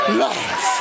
life